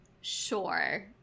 Sure